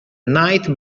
night